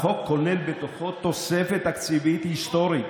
החוק כולל בתוכו תוספת תקציבית היסטורית